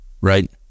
right